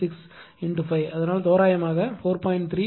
86 × 5 அதனால் தோராயமாக 4